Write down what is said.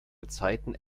gezeiten